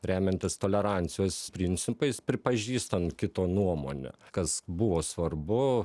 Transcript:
remiantis tolerancijos principais pripažįstant kito nuomonę kas buvo svarbu